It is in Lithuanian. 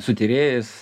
su tyrėjais